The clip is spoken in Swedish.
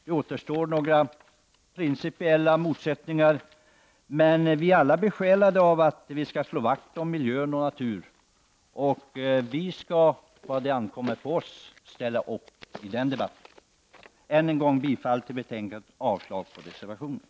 Det återstår några principiella motsättningar, men vi är alla besjälade av att slå vakt om miljön och naturen. Vad ankommer på oss, skall vi socialdemokrater ställa upp i den debatten. Jag yrkar än en gång bifall till utskottets hemställan i betänkandet och avslag på reservationerna.